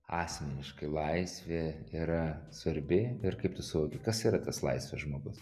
asmeniškai laisvė yra svarbi ir kaip tu suvoki kas yra tas laisvas žmogus